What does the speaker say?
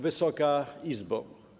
Wysoka Izbo!